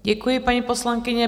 Děkuji, paní poslankyně.